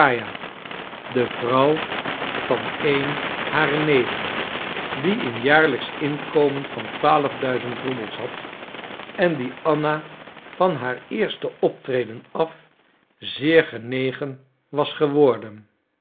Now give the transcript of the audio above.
de vrouw van een harer neven die een jaarlijksch inkomen van roebels had en die anna van haar eerste optreden af zeer genegen was geworden